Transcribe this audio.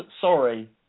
Sorry